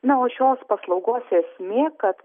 na o šios paslaugos esmė kad